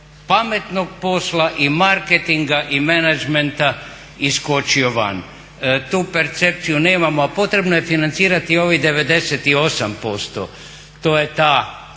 pametnog posla i marketinga i menadžmenta iskočio van. Tu percepciju nemamo, a potrebno je financirati ovih 98%. To je ta normalna